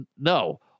No